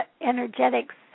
energetics